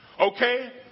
Okay